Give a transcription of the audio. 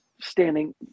standing